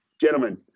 gentlemen